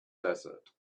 desert